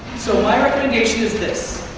so my recommendation is this.